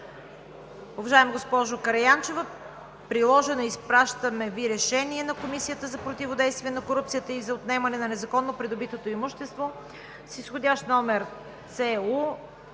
„Уважаема госпожо Караянчева, приложено, изпращаме Ви Решение на Комисията за противодействие на корупцията и за отнемане на незаконно придобитото имущество с изходящ № ЦУ